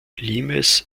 limes